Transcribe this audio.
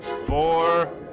four